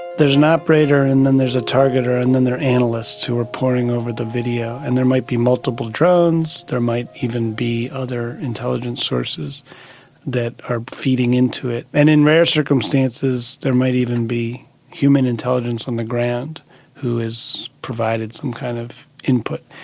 there is an operator and then there is a targeter and then there are analysts who are poring over the video, and there might be multiple drones, there might even be other intelligence sources that are feeding into it. and in rare circumstances there might even be human intelligence on the ground who has provided some kind of input.